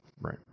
Right